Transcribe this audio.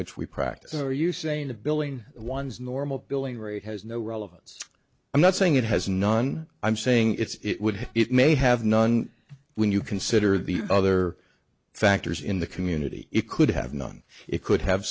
which we practice are you saying the billing one's normal billing rate has no relevance i'm not saying it has none i'm saying it's it would it may have none when you consider the other factors in the community it could have none it could have